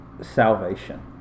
salvation